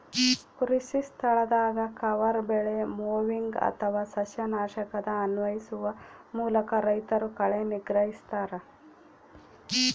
ಕೃಷಿಸ್ಥಳದಾಗ ಕವರ್ ಬೆಳೆ ಮೊವಿಂಗ್ ಅಥವಾ ಸಸ್ಯನಾಶಕನ ಅನ್ವಯಿಸುವ ಮೂಲಕ ರೈತರು ಕಳೆ ನಿಗ್ರಹಿಸ್ತರ